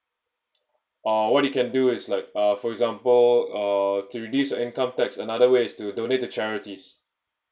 or what you can do is like uh for example uh to reduce the income tax another way is to donate to charities